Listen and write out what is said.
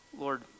lord